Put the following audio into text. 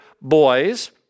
boys